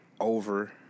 Over